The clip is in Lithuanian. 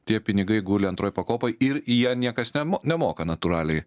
tie pinigai guli antroj pakopoj ir į ją niekas nemo nemoka natūraliai